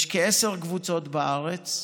יש כעשר קבוצות בארץ.